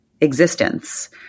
existence